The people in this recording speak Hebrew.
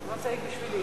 לא צריך בשבילי,